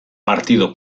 partido